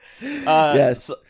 Yes